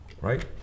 right